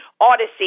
Odyssey